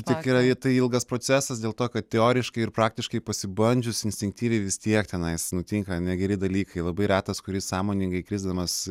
tikrai tai ilgas procesas dėl to kad teoriškai ir praktiškai pasibandžius instinktyviai vis tiek tenai nutinka negeri dalykai labai retas kuris sąmoningai krisdamas